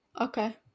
Okay